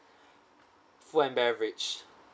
food and beverage